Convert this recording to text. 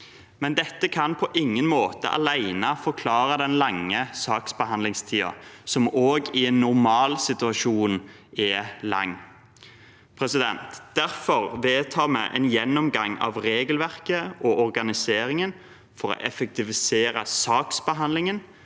men dette kan på ingen måte alene forklare den lange saksbehandlingstiden, som også i en normalsituasjon er lang. Derfor vedtar vi en gjennomgang av regelverket og organiseringen for å effektivisere saksbehandlingen,